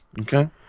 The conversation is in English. Okay